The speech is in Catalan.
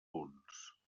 punts